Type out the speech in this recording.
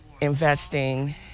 investing